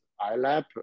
iLab